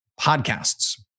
podcasts